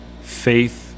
faith